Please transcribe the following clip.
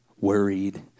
worried